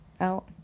out